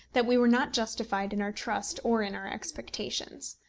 that we were not justified in our trust or in our expectations.